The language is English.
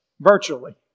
virtually